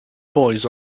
boys